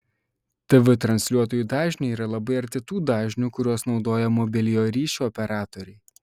tv transliuotojų dažniai yra labai arti tų dažnių kuriuos naudoja mobiliojo ryšio operatoriai